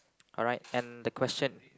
alright and the question